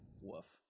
Woof